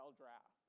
draft